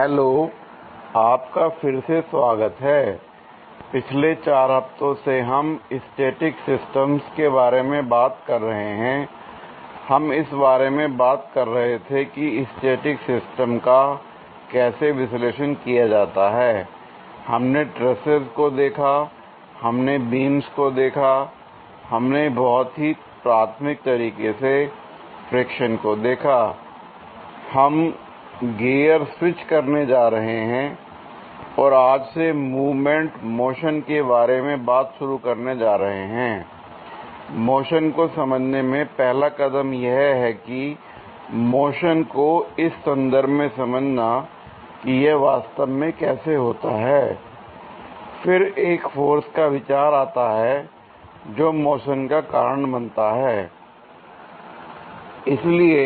hello आपका फिर से स्वागत है l पिछले 4 हफ्तों से हम स्टैटिक सिस्टमस के बारे में बात कर रहे हैं l हम इस बारे में बात कर रहे थे कि स्टैटिक सिस्टम का कैसे विश्लेषण किया जाता हैl हमने ट्रसेज को देखा हमने बीम्स को देखा हमने बहुत ही प्राथमिक तरीके से फ्रिक्शन को देखा l हम गियर स्विच करने जा रहे हैं और आज से मूवमेंट मोशन के बारे में बात शुरू करने जा रहे हैं l मोशन को समझने में पहला कदम यह है कि मोशन को इस संदर्भ में समझना की यह वास्तव में कैसे होता है l फिर एक फोर्स का विचार आता है जो मोशन का कारण बनता है l इसलिए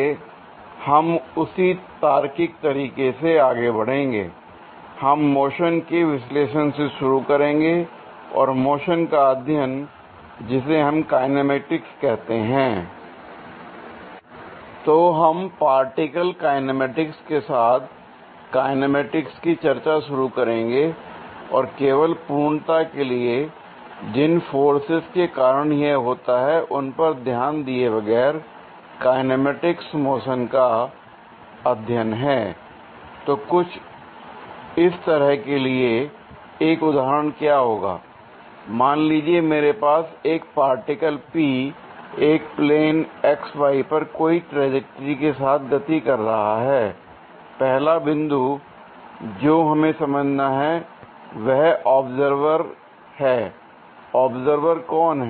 हम उसी तार्किक तरीके से आगे बढ़ेंगे l हम मोशन के विश्लेषण से शुरू करेंगे और मोशन का अध्ययन जिसे हम काईनेमैटिक्स कहते हैं l तो हम पार्टीकल काईनेमैटिक्स के साथ काईनेमैटिक्स की चर्चा शुरू करेंगे और केवल पूर्णता के लिए जिन फोर्सेज के कारण यह होता है उन पर ध्यान दिए बगैर काईनेमैटिक्स मोशन का अध्ययन हैl तो कुछ इस तरह के लिए एक उदाहरण क्या होगा l मान लीजिए मेरे पास एक पार्टिकल P एक प्लेन XY पर कोई ट्राजेक्टरी के साथ गति कर रहा है l पहला बिंदु जो हमें समझना है वह ऑब्जर्वर है l ऑब्जर्वर कौन हैं